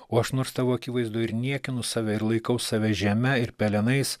o aš nors tavo akivaizdoje ir niekinu save ir laikau save žeme ir pelenais